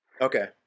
Okay